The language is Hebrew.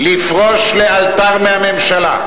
לפרוש לאלתר מהממשלה,